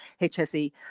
HSE